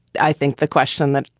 i think the question that,